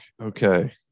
Okay